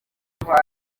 ndetse